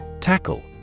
Tackle